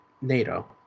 NATO